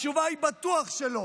התשובה היא בטוח שלא,